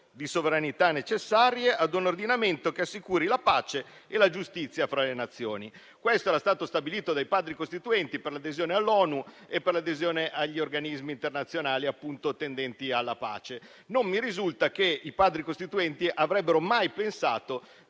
di sovranità necessarie ad un ordinamento che assicuri la pace e la giustizia fra le Nazioni». Questo era stato stabilito dai padri costituenti per l'adesione all'ONU e per l'adesione agli organismi internazionali tendenti alla pace. Non mi risulta che i padri costituenti abbiano mai pensato